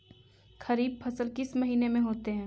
खरिफ फसल किस महीने में होते हैं?